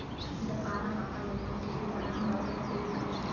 सरकार ह का का योजना कृषि उपकरण बर दे हवय?